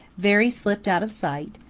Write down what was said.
veery slipped out of sight,